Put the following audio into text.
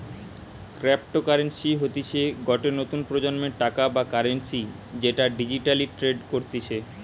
cryptocurrency হতিছে গটে নতুন প্রজন্মের টাকা বা কারেন্সি যেটা ডিজিটালি ট্রেড করতিছে